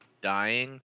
dying